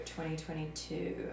2022